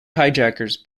hijackers